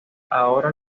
ahora